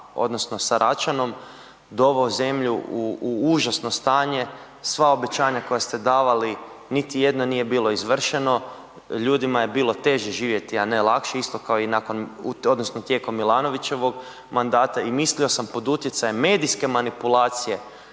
odnosno sa Račanom doveo zemlju u užasno stanje, sva obećanja koje ste davali niti jedno nije bilo izvršeno, ljudima je bilo teže živjeti, a ne lakše, isto kao i nakon odnosno tijekom Milanovićevog mandata i mislio sam pod utjecajem medijske manipulacije